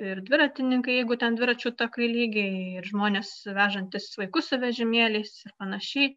ir dviratininkai jeigu ten dviračių takai lygiai ir žmonės vežantys vaikus su vežimėliais ir panašiai